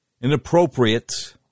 inappropriate